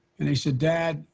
and he said, dad,